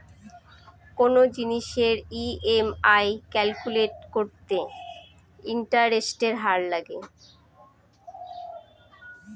কোনো জিনিসের EMI calculate করতে ইন্টারেস্টের হার লাগে